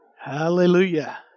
Hallelujah